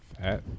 fat